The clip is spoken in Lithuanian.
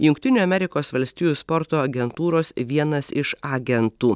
jungtinių amerikos valstijų sporto agentūros vienas iš agentų